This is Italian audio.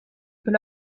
per